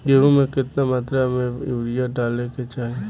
गेहूँ में केतना मात्रा में यूरिया डाले के चाही?